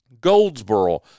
Goldsboro